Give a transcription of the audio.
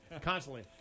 Constantly